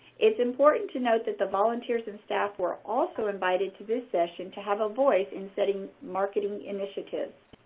it's important to note that the volunteers and staff were also invited to this session to have a voice in setting marketing initiatives.